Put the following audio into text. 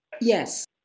Yes